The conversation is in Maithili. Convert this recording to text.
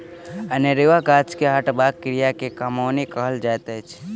अनेरुआ गाछ के हटयबाक क्रिया के कमौनी कहल जाइत अछि